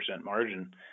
margin